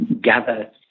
gather